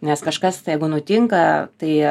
nes kažkas jeigu nutinka tai